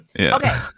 Okay